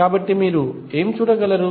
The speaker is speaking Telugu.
కాబట్టి మీరు ఏమి చూడగలరు